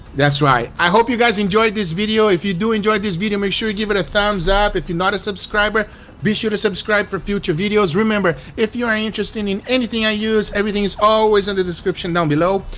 that's right. i hope you guys enjoyed this video if you do enjoyed this video make sure you give it a thumbs up. if you're not a subscriber be sure to subscribe for future videos. remember if you're interested in anything i use everything is always in the description down below.